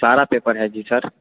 सारा पेपर है जी सर